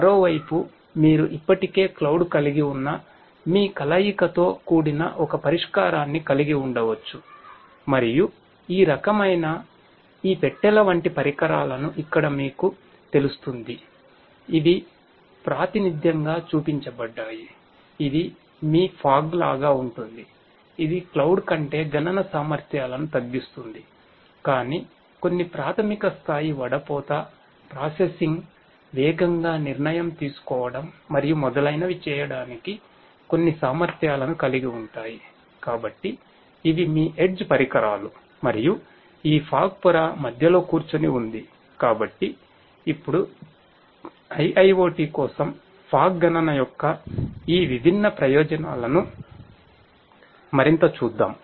మరోవైపు మీరు ఇప్పటికే క్లౌడ్ గణన యొక్క ఈ విభిన్న ప్రయోజనాలను మరింతచూద్దాం